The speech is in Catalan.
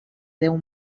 déu